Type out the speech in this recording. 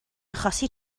achosi